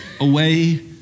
away